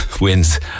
wins